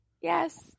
Yes